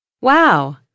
Wow